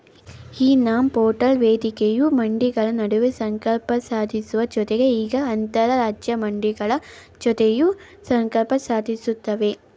E NAM portal ವೇದಿಕೆಯು ಮಂಡಿಗಳ ನಡುವೆ ಸಂಪರ್ಕ ಸಾಧಿಸುವ ಜತೆಗೆ ಈಗ ಅಂತರರಾಜ್ಯ ಮಂಡಿಗಳ ಜತೆಯೂ ಸಂಪರ್ಕ ಸಾಧಿಸ್ತಿವೆ